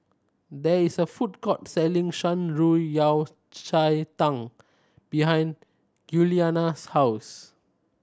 there is a food court selling Shan Rui Yao Cai Tang behind Giuliana's house